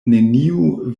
neniu